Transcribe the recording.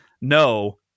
no